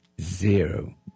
Zero